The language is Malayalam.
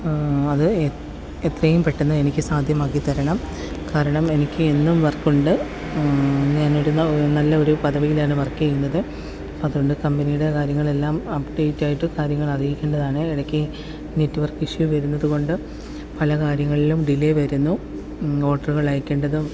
അത് എത്രയും പെട്ടെന്ന് എനിക്ക് സാധ്യമാക്കി തരണം കാരണം എനിക്ക് എന്നും വർക്ക് ഉണ്ട് ഞാനൊരു നല്ലൊരു പദവിയിലാണ് വർക്ക് ചെയ്യുന്നത് അതുകൊണ്ട് കമ്പനിയുടെ കാര്യങ്ങളെല്ലാം അപ്ഡേറ്റ് ആയിട്ട് കാര്യങ്ങൾ അറിയിക്കേണ്ടതാണ് ഇടയ്ക്ക് നെറ്റ്വർക്ക് ഇഷ്യൂ വരുന്നതുകൊണ്ടും പല കാര്യങ്ങളിലും ഡിലേ വരുന്നു നോട്ടുകൾ അയക്കേണ്ടതും